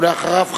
אחריו,